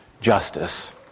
justice